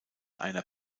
einer